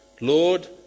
Lord